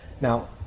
Now